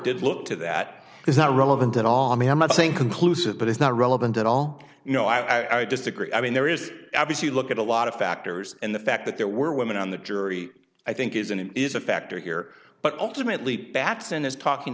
did look to that is not relevant at all i mean i'm not saying conclusive but it's not relevant at all you know i disagree i mean there is obviously look at a lot of factors and the fact that there were women on the jury i think isn't it is a factor here but ultimately batson is talking